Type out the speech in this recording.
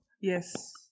Yes